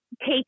take